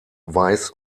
weiß